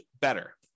better